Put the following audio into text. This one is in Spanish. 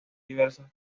diversas